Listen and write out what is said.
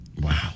Wow